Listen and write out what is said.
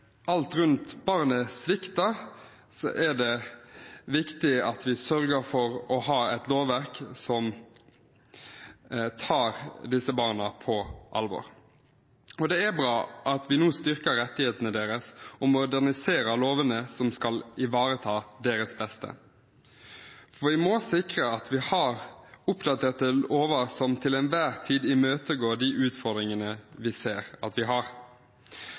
alt rundt barnet svikter, er det viktig at vi sørger for å ha et lovverk som tar disse barna på alvor, og det er bra at vi nå styrker rettighetene deres og moderniserer lovene som skal ivareta deres beste. Vi må sikre at vi har oppdaterte lover som til enhver tid imøtegår de utfordringene vi ser at vi har,